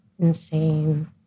insane